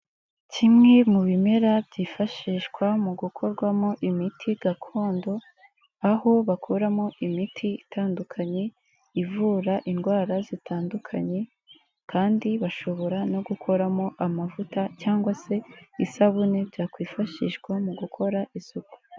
Kimwe mu bimera byifashishwa mu gukorwamo imiti gakondo, aho bakoramo imiti itandukanye, ivura indwara zitandukanye, kandi bashobora no gukoramo amavuta cyangwa se isabune ,byakwifashishwa mu gukora isuku.